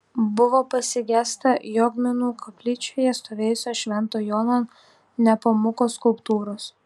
buvo pasigesta jogminų koplyčioje stovėjusios švento jono nepomuko skulptūros